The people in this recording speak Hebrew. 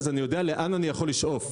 אני יודע לאן אני יכול לשאוף,